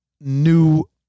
new